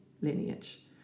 lineage